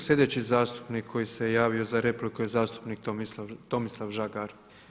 Sljedeći zastupnik koji se je javio za repliku je zastupnik Tomislav Žagar.